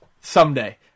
someday